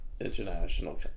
international